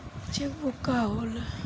Check book का होला?